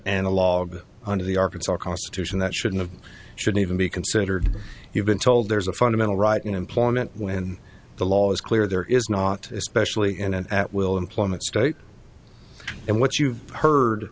analog under the arkansas constitution that should have should even be considered you've been told there's a fundamental right in employment when the law is clear there is not especially in an at will employment state and what you've heard